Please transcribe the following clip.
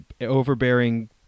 overbearing